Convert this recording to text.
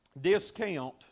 discount